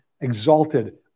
exalted